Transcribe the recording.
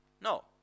No